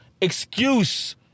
excuse